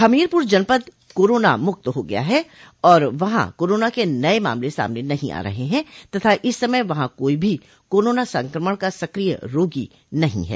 हमीरपुर जनपद कोरोना मुक्त हो गया है और वहां कोरोना के नये मामले सामने नहीं आ रहे हैं तथा इस समय वहां कोई भी कोरोना संक्रमण का सक्रिय रोगी नहीं है